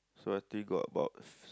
so I still got about